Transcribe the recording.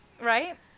right